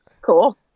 Cool